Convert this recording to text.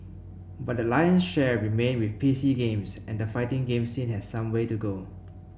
but the lion's share remains with PC Games and the fighting game scene has some way to go